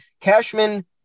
Cashman